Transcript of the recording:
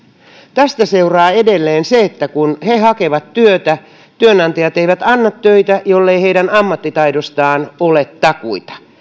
tästä seuraa edelleen se että kun he hakevat työtä työnantajat eivät anna töitä jollei heidän ammattitaidostaan ole takuita